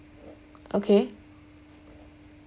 okay